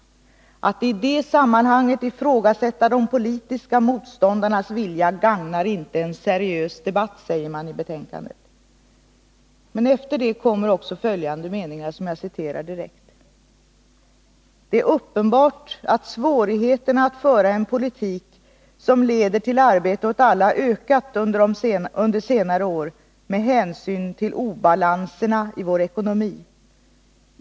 ”Att i det sammanhanget ifrågasätta de politiska motståndarnas goda vilja gagnar inte en seriös debatt”, säger man i betänkandet. Men efter det kommer också följande meningar: ”Det är uppenbart att svårigheterna att föra en politik som leder till arbete åt alla ökat under senare år med hänsyn till obalanserna i vår ekonomi.